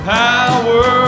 power